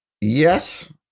Yes